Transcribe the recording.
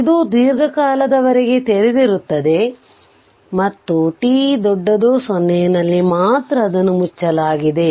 ಇದು ದೀರ್ಘಕಾಲದವರೆಗೆ ತೆರೆದಿರುತ್ತದೆ ಮತ್ತು t 0 ನಲ್ಲಿ ಮಾತ್ರ ಅದನ್ನು ಮುಚ್ಚಲಾಗಿದೆ